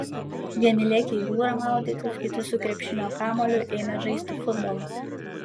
vieni lėkė į jūrą maudytis kiti su krepšinio kamuoliu ėmė žaisti futbolą